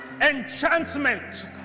enchantment